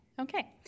Okay